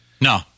No